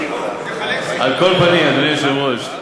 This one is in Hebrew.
על כל פנים, אדוני היושב-ראש,